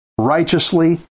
righteously